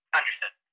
Understood